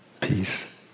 Peace